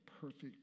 perfect